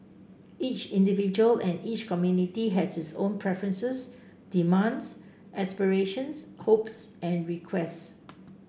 each individual and each community has its own preferences demands aspirations hopes and requests